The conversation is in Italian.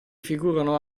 figurano